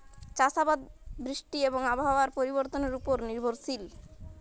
চাষ আবাদ বৃষ্টি এবং আবহাওয়ার পরিবর্তনের উপর নির্ভরশীল